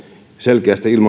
selkeästi